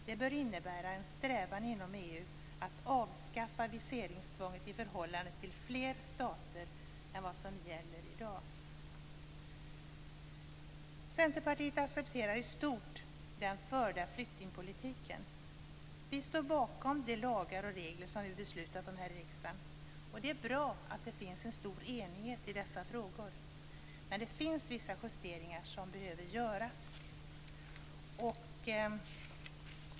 Det bör innebära en strävan inom EU att avskaffa viseringstvånget i förhållande till fler stater än vad som gäller i dag. Centerpartiet accepterar i stort den förda flyktingpolitiken. Vi står bakom de lagar och regler som vi har beslutat om här i riksdagen. Det är bra att det finns en stor enighet i dessa frågor, men det finns vissa justeringar som behöver göras.